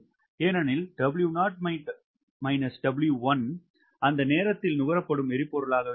ஏனெனில் W0 W1 அந்த நேரத்தில் நுகரப்படும் எரிபொருளாக இருக்கும்